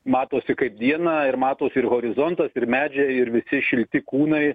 matosi kaip dieną ir matos ir horizontas ir medžiai ir visi šilti kūnai